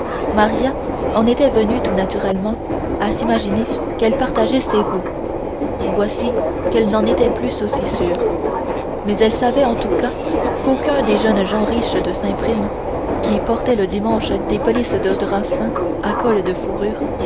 maria en était venue tout naturellement à s'imaginer qu'elle partageait ses goûts voici qu'elle n'en était plus aussi sûre mais elle savait en tout cas qu'aucun des jeunes gens riches de saint prime qui portaient le dimanche des pelisses de drap fin à col de fourrure